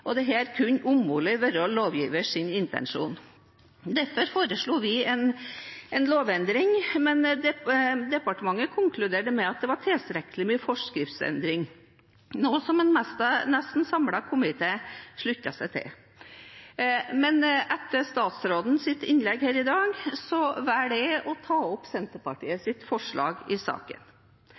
kunne umulig være lovgivers intensjon. Derfor foreslo vi en lovendring, men departementet konkluderte med at det var tilstrekkelig med en forskriftsendring, noe en nesten samlet komité sluttet seg til. Etter statsrådens innlegg her i dag velger jeg å ta opp Senterpartiets forslag i saken,